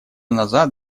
назад